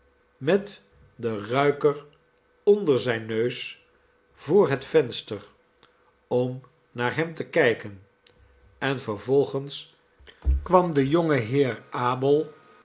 met den ruiker onder zijn neus voor het venster om naar hem te kijken en vervolgens kwam de